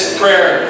prayer